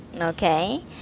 Okay